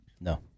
no